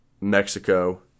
Mexico